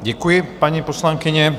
Děkuji, paní poslankyně.